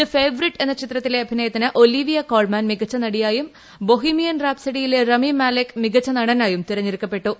the favourite എന്ന ചിത്രത്തിലെ അഭിനയ്ത്തിന് ഒലീവിയ കോൾമാൻ മികച്ച നടിയായും ബൊഹീമിയൻ റാപ്സഡിയിലെ റമി മാലേക് മികച്ച നടനായും തെരഞ്ഞെടുക്കപ്പെട്ടു